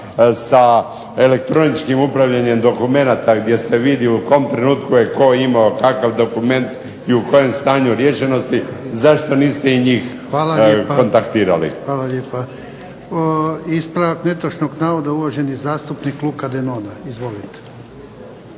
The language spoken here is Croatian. sa elektroničkim upravljanjem dokumenata gdje se vidi u kom trenutku je tko imao takav dokument i u kojem stanju riješenosti. Zašto niste i njih kontaktirali? **Jarnjak, Ivan (HDZ)** Hvala lijepa. Ispravak netočnog navoda, uvaženi zastupnik Luka Denona. Izvolite.